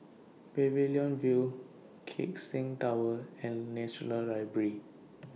Pavilion View Keck Seng Tower and National Library